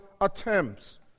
attempts